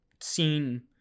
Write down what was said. seen